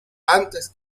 antes